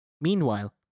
Meanwhile